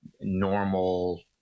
normal –